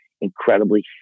incredibly